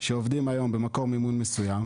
שעובדים היום במקור מימון מסוים,